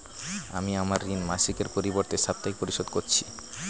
আমি আমার ঋণ মাসিকের পরিবর্তে সাপ্তাহিক পরিশোধ করছি